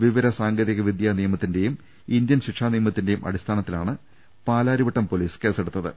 വിവര സാങ്കേതികവിദ്യാ നിയ മത്തിന്റെയും ഇന്ത്യൻ ശിക്ഷാനിയമത്തിന്റെയും അടിസ്ഥാനത്തിലാണ് പാലാ രിവട്ടം പൊലീസ് കേസെടുത്തത്